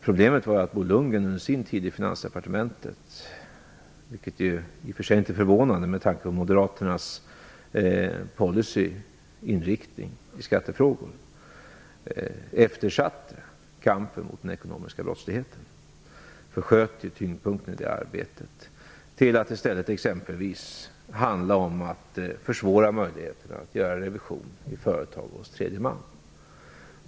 Problemet var att Bo Lundgren under sin tid i Finansdepartementet eftersatte, vilket i och för sig inte är förvånande med tanke på Moderaternas policyinriktning i skattefrågor, kampen mot den ekonomiska brottsligheten, försköt tyngdpunkten i det arbetet till att i stället exempelvis handla om att försvåra möjligheter att göra en revision i företag hos tredje man.